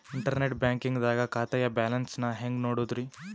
Internet banking ದಾಗ ಖಾತೆಯ balance ನ ಹೆಂಗ್ ನೋಡುದ್ರಿ?